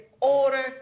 order